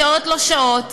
בשעות לא שעות,